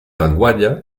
vanguardia